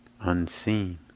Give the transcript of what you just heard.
unseen